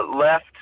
left